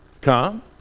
Come